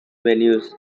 venues